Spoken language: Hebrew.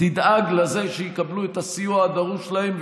תדאג לזה שיקבלו את הסיוע הדרוש להם,